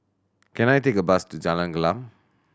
can I take a bus to Jalan Gelam